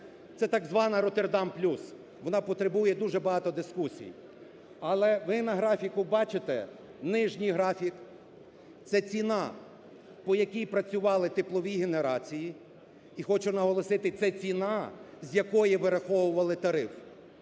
Це так звана "Роттердам плюс". Вона потребує дуже багато дискусій. Але ви на графіку бачите, нижній графік, це ціна, по якій працювали теплові генерації. І хочу наголосити, це ціна, з якої вираховували тариф.